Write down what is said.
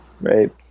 right